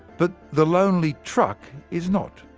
but the lonely truck is not.